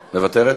מוותרת?